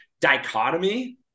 dichotomy